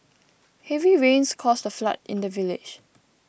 heavy rains caused a flood in the village